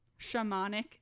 shamanic